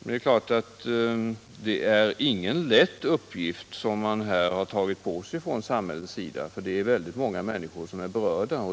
Det är klart att det inte är en lätt uppgift som man här har tagit på sig från samhällets sida, eftersom det är väldigt många människor som är berörda.